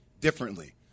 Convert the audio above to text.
differently